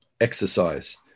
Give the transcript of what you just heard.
exercise